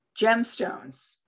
gemstones